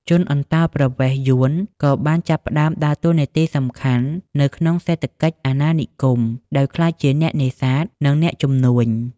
ជនអន្តោប្រវេសន៍យួនក៏បានចាប់ផ្តើមដើរតួសំខាន់នៅក្នុងសេដ្ឋកិច្ចអាណានិគម ដោយក្លាយជាអ្នកនេសាទ និងអ្នកជំនួញ ។